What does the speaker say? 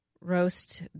roast